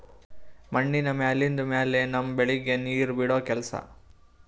ಮಣ್ಣಿನ ಮ್ಯಾಲಿಂದ್ ಮ್ಯಾಲೆ ನಮ್ಮ್ ಬೆಳಿಗ್ ನೀರ್ ಬಿಡೋ ಕೆಲಸಾ